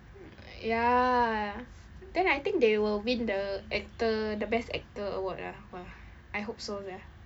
ya then I think they will win the actor the best actor award lah !wah! I hope so sia